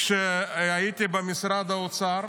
כשהייתי במשרד האוצר,